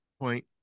point